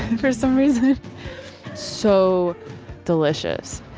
for some reason so delicious.